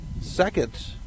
second